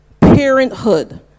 parenthood